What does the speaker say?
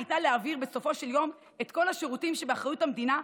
בעד קרן ברק,